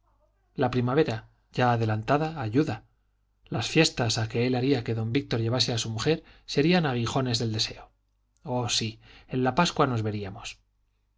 la primavera ya adelantada ayuda las fiestas a que él haría que don víctor llevase a su mujer serían aguijones del deseo oh sí en la pascua nos veríamos